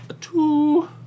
Two